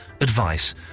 advice